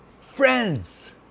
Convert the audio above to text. friends